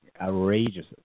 outrageous